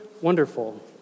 wonderful